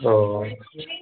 ओ